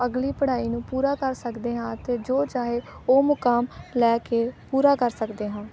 ਅਗਲੀ ਪੜ੍ਹਾਈ ਨੂੰ ਪੂਰਾ ਕਰ ਸਕਦੇ ਹਾਂ ਅਤੇ ਜੋ ਚਾਹੇ ਉਹ ਮੁਕਾਮ ਲੈ ਕੇ ਪੂਰਾ ਕਰ ਸਕਦੇ ਹਾਂ